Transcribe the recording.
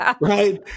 right